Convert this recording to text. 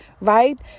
right